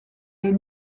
des